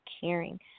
caring